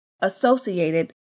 associated